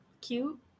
cute